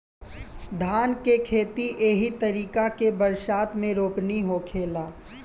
धान के खेती एही तरीका के बरसात मे रोपनी होखेला